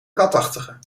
katachtigen